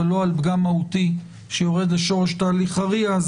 לא על פגם מהותי שיורד לשורש תהליך הרי"ע,